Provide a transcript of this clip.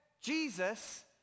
Jesus